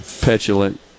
petulant